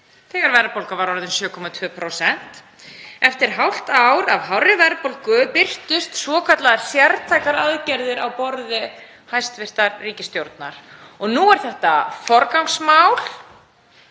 þegar verðbólga var orðin 7,2%. Eftir hálft ár af hárri verðbólgu birtust svokallaðar sértækar aðgerðir á borði hæstv. ríkisstjórnar og nú er þetta forgangsmál